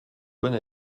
bonne